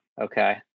okay